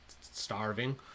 starving